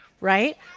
right